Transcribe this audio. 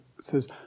says